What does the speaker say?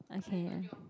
okay